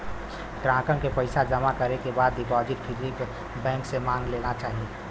ग्राहक के पइसा जमा करे के बाद डिपाजिट स्लिप बैंक से मांग लेना चाही